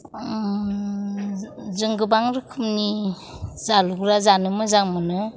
जों गोबां रोखोमनि जालगुरा जानो मोजां मोनो